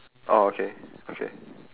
orh okay okay